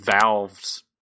valves